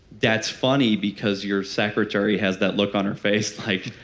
that's funny because your secretary has that look on her face like,